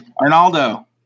Arnaldo